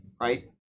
right